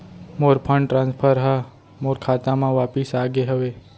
मोर fund transfer हा मोर खाता मा वापिस आ गे हवे